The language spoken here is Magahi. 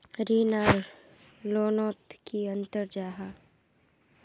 ऋण आर लोन नोत की अंतर जाहा?